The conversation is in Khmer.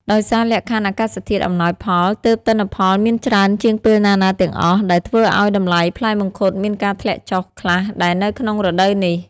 ដោយសារលក្ខខណ្ឌអាកាសធាតុអំណោយផល ទើបទិន្នផលមានច្រើនជាងពេលណាៗទាំងអស់ ដែលធ្វើឲ្យតម្លៃផ្លែមង្ឃុតមានការធ្លាក់ចុះខ្លះដែរនៅក្នុងរដូវនេះ។